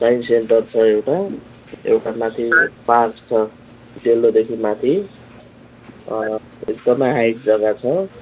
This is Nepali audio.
साइन्स सेन्टर छ एउटा एउटा माथि पार्क छ डेलोदेखि माथि एकदमै हाइट जग्गा छ